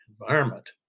environment